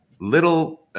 little